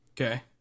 Okay